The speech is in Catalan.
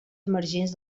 emergents